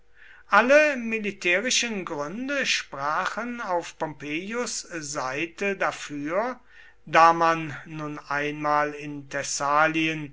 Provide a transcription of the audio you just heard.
alle militärischen gründe sprachen auf pompeius seite dafür da man nun einmal in